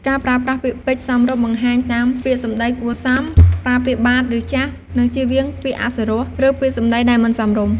ការប្រើប្រាស់ពាក្យពេចន៍សមរម្យបង្ហាញតាម ពាក្យសំដីគួរសម ប្រើពាក្យបាទឫចាស៎ និងជៀសវាងពាក្យអសុរោះ ឬពាក្យសម្ដីដែលមិនសមរម្យ។